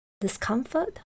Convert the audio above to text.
discomfort